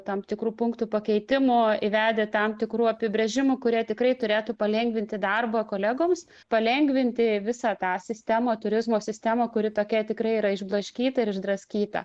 tam tikrų punktų pakeitimų įvedę tam tikrų apibrėžimų kurie tikrai turėtų palengvinti darbą kolegoms palengvinti visą tą sistemą turizmo sistemą kuri tokia tikrai yra išblaškyta ir išdraskyta